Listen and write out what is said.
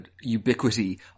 ubiquity